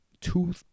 two